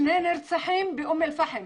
שני נרצחים באום אל פאחם.